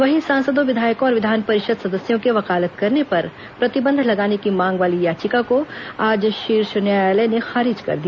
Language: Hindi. वहीं सांसदों विधायकों और विधान परिषद सदस्यों के वकालत करने पर प्रतिबंध लगाने की मांग वाली याचिका को आज शीर्ष न्यायालय ने खारिज कर दिया